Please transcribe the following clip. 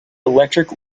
electric